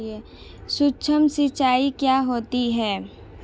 सुक्ष्म सिंचाई क्या होती है?